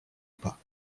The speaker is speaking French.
pas